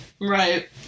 Right